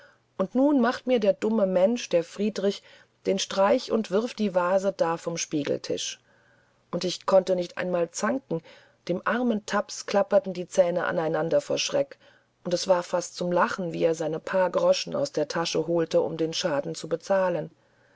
und nun macht mir der dumme mensch der friedrich den streich und wirft die vase da vom spiegeltisch und ich konnte nicht einmal zanken dem armen tapps klapperten die zähne aneinander vor schreck und es war fast zum lachen wie er seine paar groschen aus der tasche holte um den schaden zu bezahlen